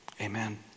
Amen